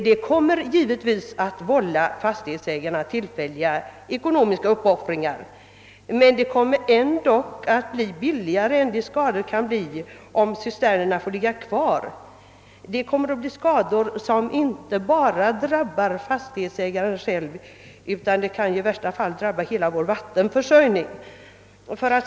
Detta kommer givetvis att vålla fas tighetsägarna = tillfälliga ekonomiska uppoffringar, men det kommer ändock att bli billigare än skadorna kan bli om cisternerna får ligga kvar. Dessa skador kan drabba inte bara fastighetsägaren själv utan i värsta fall hela vår vattenförsörjning.